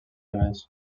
més